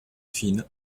fines